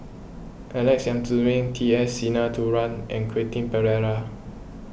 Alex Yam Ziming T S Sinnathuray and Quentin Pereira